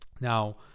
Now